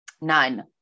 None